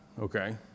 okay